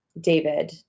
David